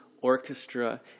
orchestra